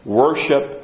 worship